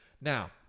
Now